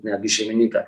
netgi šeimininką